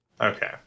Okay